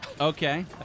Okay